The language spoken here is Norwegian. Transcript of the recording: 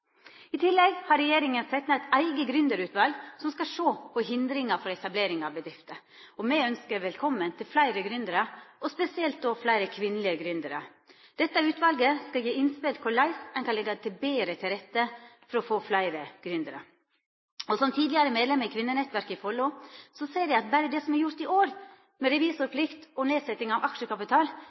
I tillegg har regjeringa sett ned eit eige gründerutval som skal sjå på hindringar for etablering av bedrifter. Me ønskjer velkommen fleire gründerar, og spesielt fleire kvinneleg gründerar. Dette utvalet skal gje innspel til korleis ein kan leggja betre til rette for å få fleire gründerar. Som tidlegare medlem av Kvinnenettverket i Follo ser eg at berre det som er gjort i år med revisorplikt og nedsetjing av aksjekapital,